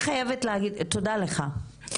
תודה לך.